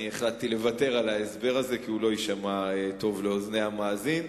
החלטתי לוותר על ההסבר הזה כי הוא לא יישמע טוב לאוזני המאזין.